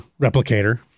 replicator